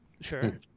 Sure